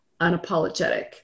unapologetic